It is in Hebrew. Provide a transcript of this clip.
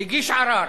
הגיש ערר,